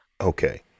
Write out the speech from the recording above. okay